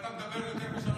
אשתך